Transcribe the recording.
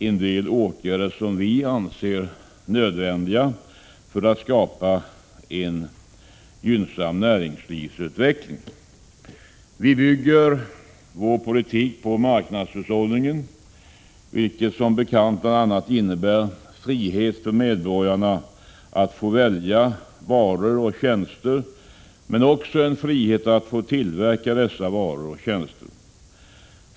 Fru talman! Näringsutskottets betänkande 1986/87:30 tar upp ett antal frågor som gäller näringspolitiken och dess utformning. Vi moderater redovisar i betänkandet en del åtgärder som vi anser nödvändiga för att skapa en gynnsam näringslivsutveckling. Vi bygger vår politik på marknadshushållningen vilken som bekant bl.a. innebär frihet för medborgarna att få välja varor och tjänster, men också en frihet att få tillverka dessa varor och tjänster.